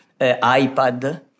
iPad